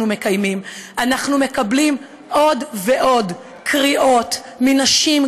מקיימים אנחנו מקבלים עוד ועוד קריאות מנשים,